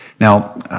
Now